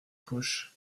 poche